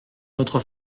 votre